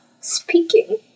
speaking